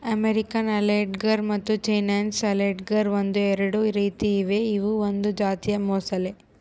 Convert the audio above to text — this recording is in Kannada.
ಅಮೇರಿಕನ್ ಅಲಿಗೇಟರ್ ಮತ್ತು ಚೈನೀಸ್ ಅಲಿಗೇಟರ್ ಎಂದು ಎರಡು ರೀತಿ ಇವೆ ಇವು ಒಂದು ಜಾತಿಯ ಮೊಸಳೆ